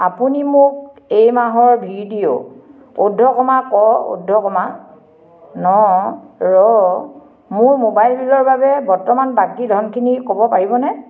আপুনি মোক এই মাহৰ ভিডিঅ' উদ্ধ ক'মা ক উদ্ধ ক'মা ন ৰ মোৰ মোবাইল বিলৰ বাবে বৰ্তমান বাকী ধনখিনি ক'ব পাৰিবনে